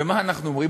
ומה אנחנו אומרים?